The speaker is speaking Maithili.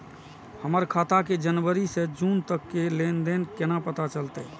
हमर खाता के जनवरी से जून तक के लेन देन केना पता चलते?